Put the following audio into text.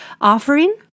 offering